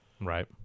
Right